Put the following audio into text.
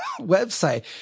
website